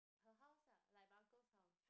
her house lah like my uncle's house